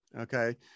okay